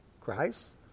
Christ